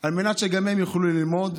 על מנת שגם הם יוכלו ללמוד,